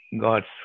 God's